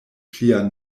plia